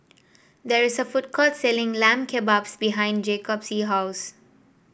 there is a food court selling Lamb Kebabs behind Jacoby's house